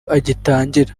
agitangira